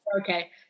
Okay